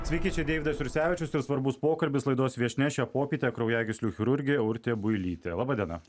sveiki čia deividas jursevičius ir svarbus pokalbis laidos viešnia šią popietę kraujagyslių chirurgė urtė builytė laba diena